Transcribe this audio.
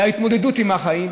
להתמודדות עם החיים,